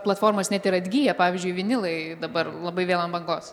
platformos net ir atgyja pavyzdžiui vinilai dabar labai vėl ant bangos